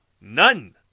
none